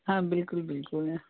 ਹਾਂ ਬਿਲਕੁਲ ਬਿਲਕੁਲ